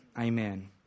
amen